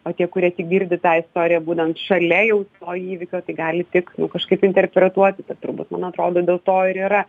o tie kurie girdi tą istoriją būnant šalia jau to įvykio tai gali tik nu kažkaip interpretuoti turbūt man atrodo dėl to ir yra